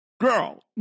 girl